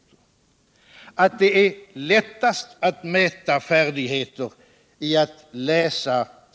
Att det är lättast att miäta färdigheter i att läsa.